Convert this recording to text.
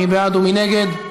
מי בעד ומי נגד?